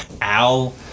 Al